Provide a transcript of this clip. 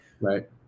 Right